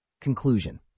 Conclusion